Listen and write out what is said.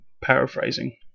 paraphrasing